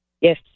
Yes